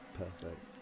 perfect